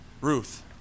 Ruth